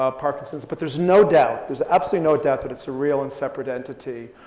ah parkinson's? but there's no doubt, there's absolutely no doubt that it's a real and separate entity.